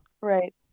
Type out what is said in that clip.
right